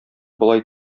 болай